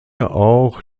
auch